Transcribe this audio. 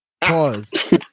Pause